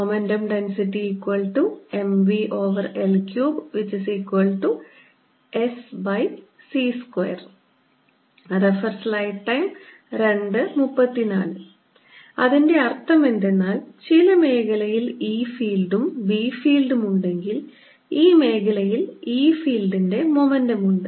momentum ഡെൻസിറ്റിMvL3Sc2 അതിന്റെ അർത്ഥം എന്തെന്നാൽ ചില മേഖലയിൽ E ഫീൽഡും B ഫീൽഡും ഉണ്ടെങ്കിൽ ഈ മേഖലയിൽ ഈ ഫീൽഡിൽ മൊമെന്റം ഉണ്ട്